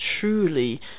truly